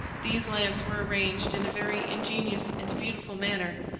these lamps were arranged in a very ingenious and beautiful manner,